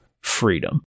freedom